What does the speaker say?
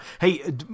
Hey